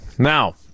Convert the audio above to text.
Now